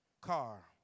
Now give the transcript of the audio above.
car